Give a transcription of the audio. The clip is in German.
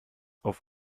auf